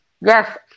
yes